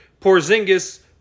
Porzingis